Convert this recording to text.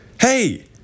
Hey